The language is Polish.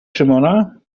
szymona